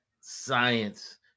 science